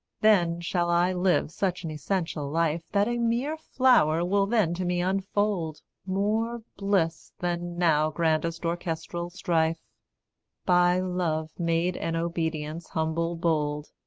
then shall i live such an essential life that a mere flower will then to me unfold more bliss than now grandest orchestral strife by love made and obedience humble-bold,